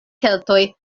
keltoj